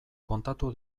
kontatu